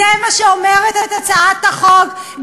זה מה שהצעת החוק אומרת,